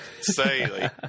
say –